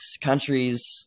countries